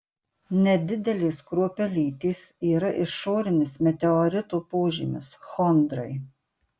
nedidelės kruopelytės yra išorinis meteorito požymis chondrai